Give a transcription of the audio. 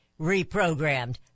reprogrammed